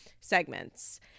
segments